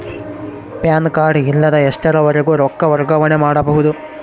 PAN card ಇಲ್ಲದ ಎಷ್ಟರವರೆಗೂ ರೊಕ್ಕ ವರ್ಗಾವಣೆ ಮಾಡಬಹುದು?